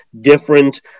different